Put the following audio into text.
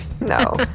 No